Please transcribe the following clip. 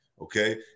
okay